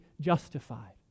justified